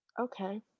okay